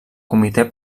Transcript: comitè